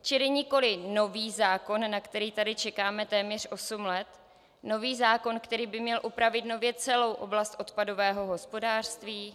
Čili nikoliv nový zákon, na který tady čekáme téměř osm let, nový zákon, který by měl upravit nově celou oblast odpadového hospodářství.